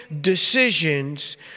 decisions